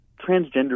transgender